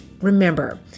remember